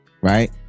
right